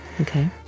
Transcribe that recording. Okay